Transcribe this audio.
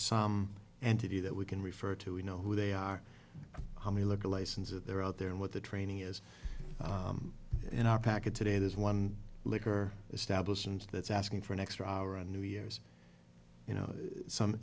some entity that we can refer to we know who they are how many look the license that they're out there and what the training is in our packet today there's one liquor establishment that's asking for an extra hour on new year's you know some